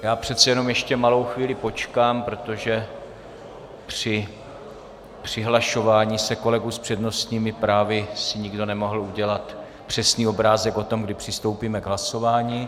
Já přece jenom ještě malou chvíli počkám, protože při přihlašování se kolegů s přednostními právy si nikdo nemohl udělat přesný obrázek o tom, kdy přistoupíme k hlasování.